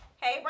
Hey